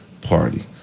Party